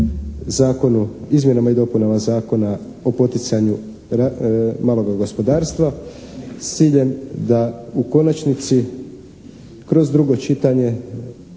potporu izmjenama i dopunama Zakona o poticanju maloga gospodarstva s ciljem da u konačnici kroz drugo čitanje